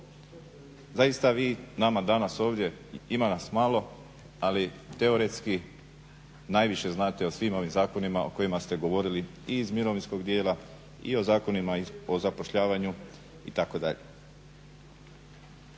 Zaista vi nama danas ovdje, ima nas malo, ali teoretski najviše znate o svim ovim zakonima o kojima ste govorili, i iz mirovinskog djela i o zakonima o zapošljavanju itd.